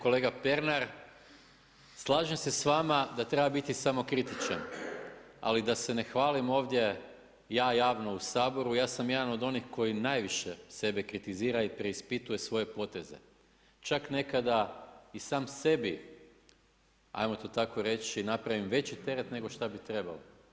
Kolega Pernar, slažem se s vama da treba biti samokritičan ali da se ne hvalim ovdje ja javno u Saboru, ja sam jedan od onih koji najviše sebe kritizira i preispituje svoje poteze, čak nekada i sam sebi ajmo to tako reći, napravim veći teret nego šta bi trebao.